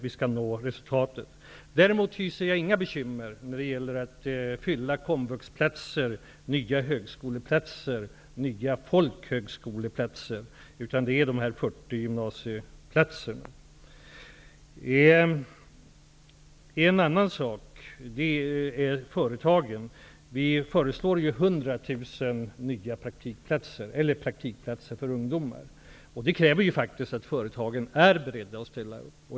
Jag hyser inga bekymmer när det gäller att fylla komvuxplatser, nya högskoleplatser eller nya folkhögskoleplatser, utan det handlar om de här 40 000 En annan fråga handlar om företagen. Vi föreslår ju 100 000 nya praktikplatser för ungdomar. Det kräver faktiskt att företagen är beredda att ställa upp.